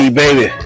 baby